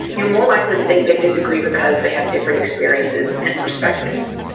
you're more likely to think they disagree because they have different experiences and perspectives,